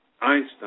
Einstein